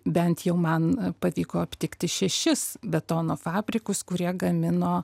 bent jau man pavyko aptikti šešis betono fabrikus kurie gamino